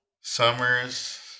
Summers